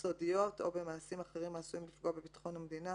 סודיות או במעשים אחרים העשויים לפגוע בביטחון המדינה.